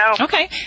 Okay